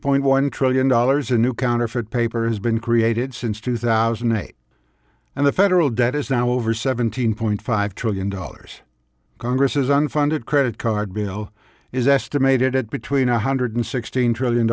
point one trillion dollars a new counterfeit paper has been created since two thousand and eight and the federal debt is now over seventeen point five trillion dollars congress has unfunded credit card bill is estimated at between one hundred sixteen trillion